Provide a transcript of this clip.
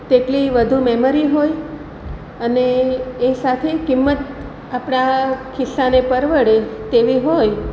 તેટલી વધુ મેમરી હોય અને એ સાથે કિંમત આપણાં ખિસ્સાને પરવડે તેવી હોય